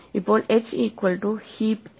ഇപ്പോൾ equal to heap l